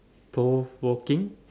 those smoking